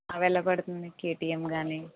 అవి ఎలా పడతంది కేటీఎమ్ గానీ